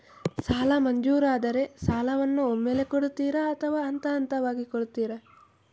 ಸಾಲ ಮಂಜೂರಾದರೆ ಸಾಲವನ್ನು ಒಮ್ಮೆಲೇ ಕೊಡುತ್ತೀರಾ ಅಥವಾ ಹಂತಹಂತವಾಗಿ ಕೊಡುತ್ತೀರಾ?